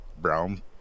brown